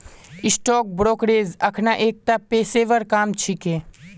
stock brokerage अखना एकता पेशेवर काम छिके